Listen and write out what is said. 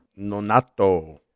Nonato